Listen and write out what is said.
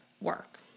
work